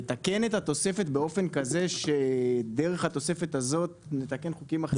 לתקן את התוספת באופן כזה שדרך התוספת הזאת נתקן חוקים אחרים?